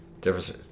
difference